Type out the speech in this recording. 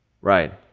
right